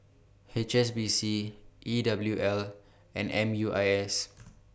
H S B C E W L and M U I S